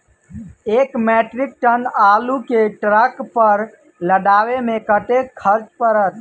एक metric ton आलु केँ ट्रक पर लदाबै मे कतेक खर्च पड़त?